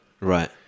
Right